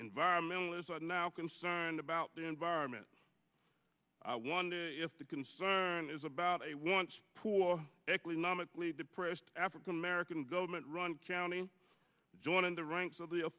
environmentalist are now concerned about the environment i wonder if the concern is about a once poor economically depressed african american goldman run county joining the ranks of the